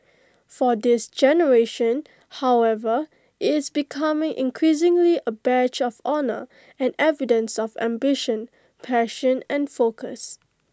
for this generation however IT is becoming increasingly A badge of honour and evidence of ambition passion and focus